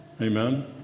Amen